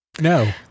no